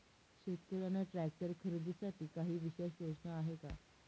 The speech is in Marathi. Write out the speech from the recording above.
शेतकऱ्यांना ट्रॅक्टर खरीदीसाठी काही विशेष योजना आहे का?